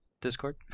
Discord